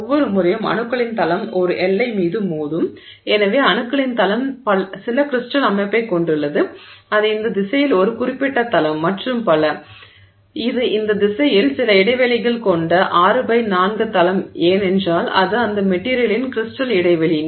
ஒவ்வொரு முறையும் அணுக்களின் தளம் ஒரு எல்லை மீது மோதும் எனவே அணுக்களின் தளம் சில கிரிஸ்டல் அமைப்பைக் கொண்டுள்ளது அது இந்த திசையில் ஒரு குறிப்பிட்ட தளம் மற்றும் பல இது இந்த திசையில் சில இடைவெளிகள் கொண்ட 6 பை 4 தளம் ஏனென்றால் அது அந்த மெட்டிரியலின் கிரிஸ்டல் இடைவெளி